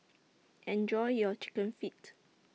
Enjoy your Chicken Feet